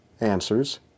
answers